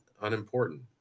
unimportant